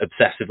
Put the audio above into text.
obsessively